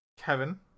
Kevin